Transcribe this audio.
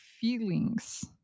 feelings